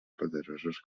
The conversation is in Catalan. poderosos